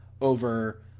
over